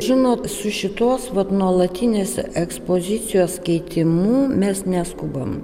žinot su šitos vat nuolatinės ekspozicijos keitimu mes neskubam